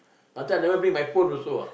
last time I never bring my phone also ah